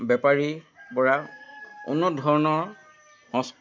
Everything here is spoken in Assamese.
বেপাৰীৰ পৰা উন্নত ধৰণৰ সঁচ